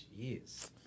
Jeez